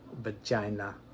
vagina